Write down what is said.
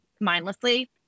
mindlessly